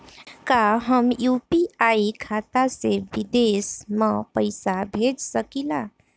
का हम यू.पी.आई खाता से विदेश म पईसा भेज सकिला?